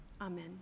Amen